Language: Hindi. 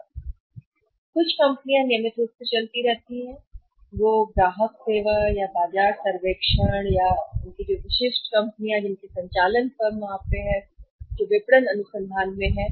नियमित रूप से कंपनियां चलती रहती हैं उस ग्राहक सेवा या बाजार सर्वेक्षण और उनकी विशिष्ट कंपनियों का संचालन फर्म वहाँ हैं जो विपणन अनुसंधान में हैं